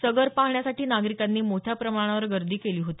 सगर पाहण्यासाठी नागरिकांनी मोठ्या प्रमाणावर गर्दी केली होती